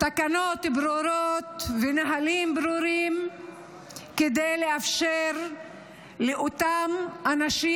תקנות ברורות ונהלים ברורים כדי לאפשר לאותם אנשים,